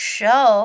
Show